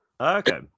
Okay